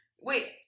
Wait